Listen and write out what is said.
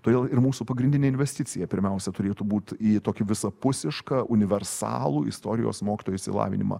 todėl ir mūsų pagrindinė investicija pirmiausia turėtų būt į tokį visapusišką universalų istorijos mokytojo išsilavinimą